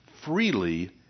freely